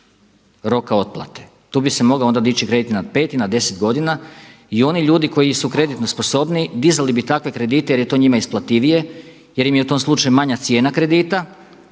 roka otplate. Tu bi se onda mogao dići kredit i na pet i na deset godina i oni ljudi koji su kreditno sposobniji dizali bi takve kredite jer je to njima isplativije, jer im je u tom slučaju manja cijena kredita,